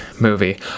movie